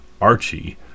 Archie